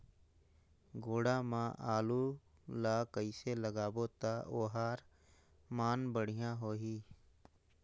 गोडा मा आलू ला कइसे लगाबो ता ओहार मान बेडिया होही?